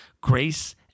grace